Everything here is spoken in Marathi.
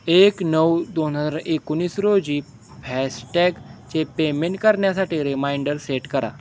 एक नऊ दोन हर एकोणीस रोजी फॅस्टॅगचे पेमेंट करन्यासाटी रिमाइंडर सेट करा